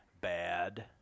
Bad